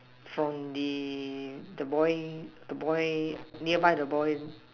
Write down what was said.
from the the boy the boy nearby the boy